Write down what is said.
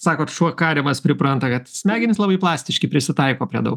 sakot šuo kariamas pripranta kad smegenys labai plastiški prisitaiko prie daug